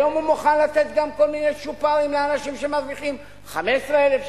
היום הוא מוכן לתת גם כל מיני צ'ופרים לאנשים שמרוויחים 15,000 שקלים.